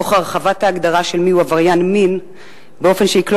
תוך הרחבת ההגדרה של עבריין מין באופן שיכלול